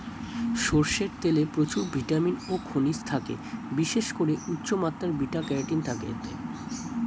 সরষের তেলে প্রচুর ভিটামিন ও খনিজ থাকে, বিশেষ করে উচ্চমাত্রার বিটা ক্যারোটিন থাকে এতে